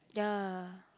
ya